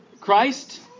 Christ